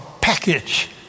package